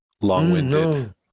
long-winded